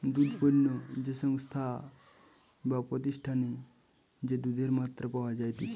দুধ পণ্য যে সংস্থায় বা প্রতিষ্ঠানে যে দুধের মাত্রা পাওয়া যাইতেছে